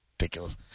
ridiculous